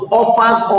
offers